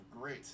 great